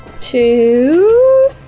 Two